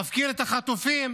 מפקיר את החטופים.